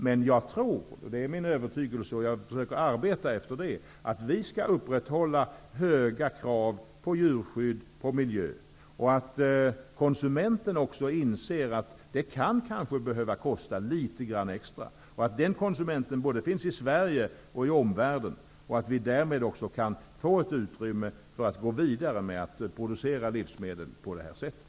Men jag tror -- det är min övertygelse, och jag försöker arbeta efter den -- att vi skall upprätthålla höga krav på djurskydd och på miljö och att konsumenten också inser att det kan behöva kosta litet extra. Konsumenten finns både i Sverige och i omvärlden, och därmed kan vi också få ett utrymme för att gå vidare med att producera livsmedel på det här sättet.